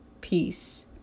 peace